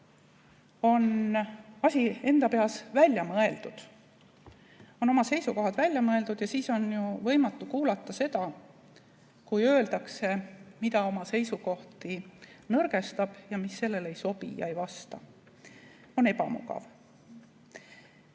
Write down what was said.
on asi enda peas välja mõeldud, on oma seisukohad välja mõeldud ja siis on ju võimatu kuulata, kui öeldakse midagi, mis oma seisukohti nõrgestab ja mis nendega ei sobi, nendele ei vasta. See on ebamugav.